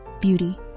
beauty